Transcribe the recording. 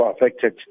affected